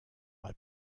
mal